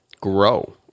grow